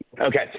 Okay